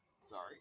Sorry